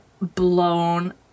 blown